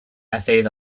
essays